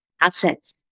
assets